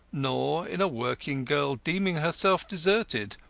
nor in a working girl deeming herself deserted,